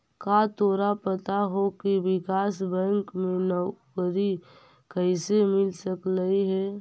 का तोरा पता हो की विकास बैंक में नौकरी कइसे मिल सकलई हे?